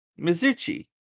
Mizuchi